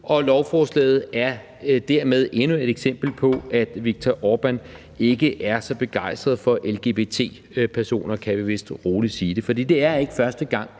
Lovforslaget er dermed endnu et eksempel på, at Viktor Orbán ikke er så begejstret for lgbti-personer, kan vi vist rolig sige. For det er ikke første gang,